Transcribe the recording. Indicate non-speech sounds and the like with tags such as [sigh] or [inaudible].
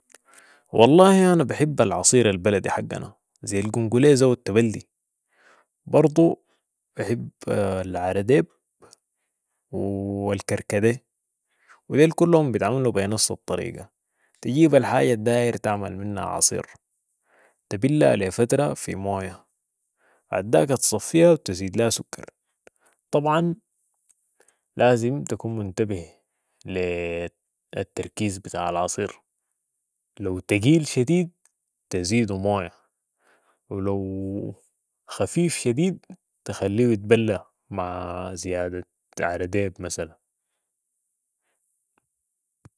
والله انا بحب العصير البلدي حقنا زي القنقليز أو التبلدي و برضو بحب العرديب و [hesitation] الكركديه ديل كلهم بيتعملو بي نفس الطريقة. تجيب الحاجة الداير تعمل منها عصير تبلها لي فترة في موية بعداك تصفيتها و تزيد ليها سكر ، طبعاً لازم تكون منتبه لي التركيز بتاع العصير لو تقيل شديد تزيدو موية و لو خفيف شديد تخليو يتبلة مع زيادة عرديب مثلاً